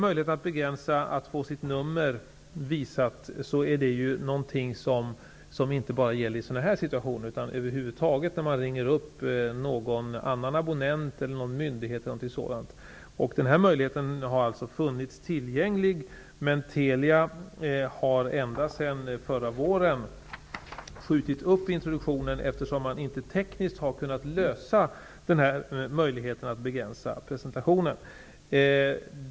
Möjligheten att slippa få sitt nummer visat är något som inte bara gäller sådana här situationer utan över huvud taget när man ringer upp en annan abonnent, någon myndighet eller liknande. Den här möjligheten har funnits, men Telia har ända sedan förra våren skjutit upp introduktionen, eftersom man inte tekniskt har kunnat lösa problemet med att ge abonnenterna rätt att begränsa presentationen.